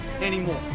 anymore